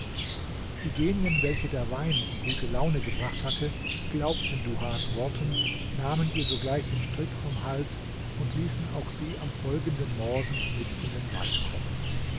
die genien welche der wein in gute laune gebracht hatte glaubten duhas worten nahmen ihr sogleich den strick vom hals und ließen auch sie am folgenden morgen mit in den wald kommen